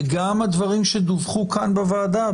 וגם הדברים שדווחו כאן בוועדה,